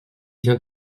vient